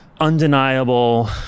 undeniable